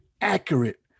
accurate